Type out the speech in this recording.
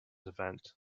event